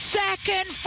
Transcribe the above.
second